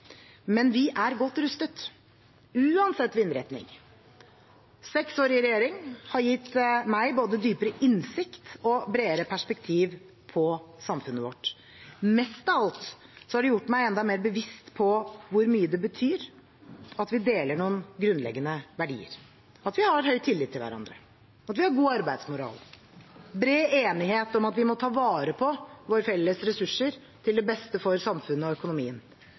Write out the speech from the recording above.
Men vi er godt rustet – uansett vindretning. Seks år i regjering har gitt meg både dypere innsikt i og bredere perspektiv på samfunnet vårt. Mest av alt har det gjort meg enda mer bevisst på hvor mye det betyr at vi deler noen grunnleggende verdier, at vi har høy tillit til hverandre, at vi har god arbeidsmoral og bred enighet om at vi må ta vare på våre felles ressurser til det beste for samfunnet og økonomien.